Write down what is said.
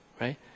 right